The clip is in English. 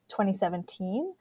2017